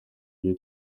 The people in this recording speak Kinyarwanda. ibyo